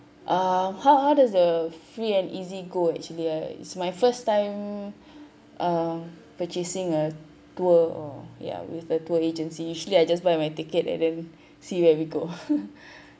uh how how does the free and easy go actually uh it's my first time uh purchasing a tour ya with a tour agency usually I just buy my tickets and then see where we go